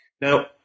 Now